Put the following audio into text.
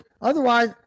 otherwise